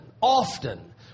often